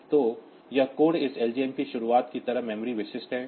तो यह कोड इस लजमप शुरुआत की तरह मेमोरी विशिष्ट है